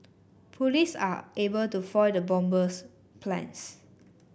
police are able to foil the bomber's plans